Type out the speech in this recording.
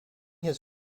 his